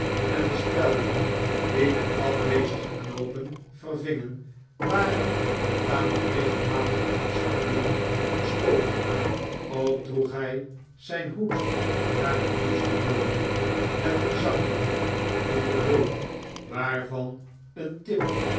en de spelden die de afwezige knoopen vervingen waren op tamelijk regelmatige afstanden gestoken ook droeg hij zijn hoed naar de nieuwste mode met een zakdoek in den bol waarvan een tip